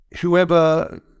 Whoever